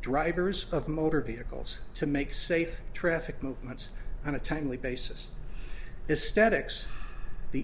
drivers of motor vehicles to make safe traffic movements on a timely basis is statics the